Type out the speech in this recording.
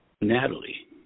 Natalie